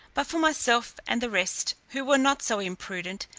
but for myself and the rest, who were not so imprudent,